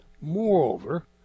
moreover